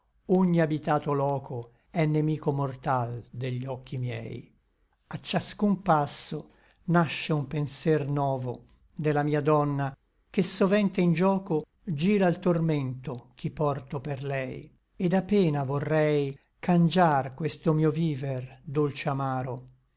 ogni habitato loco è nemico mortal degli occhi miei a ciascun passo nasce un penser novo de la mia donna che sovente in gioco gira l tormento ch'i porto per lei et a pena vorrei cangiar questo mio viver dolce amaro